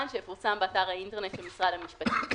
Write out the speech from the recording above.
שיפורסם באתר האינטרנט של משרד המשפטים.